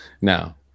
Now